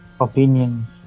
opinions